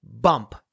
bump